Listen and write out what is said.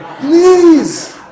Please